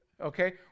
Okay